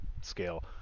scale